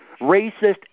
racist